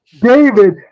David